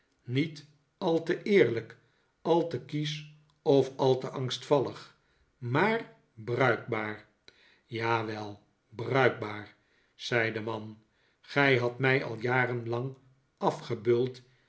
niet al te eerlijk al te kiesch of al te angstvallig maar bruikbaar ja wel bruikbaar zei de man gij hadt mij al jarenlang afgebeuld